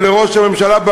ולראש הממשלה,